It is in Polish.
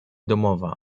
domowa